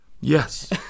Yes